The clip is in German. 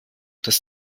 das